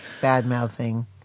bad-mouthing